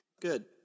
Good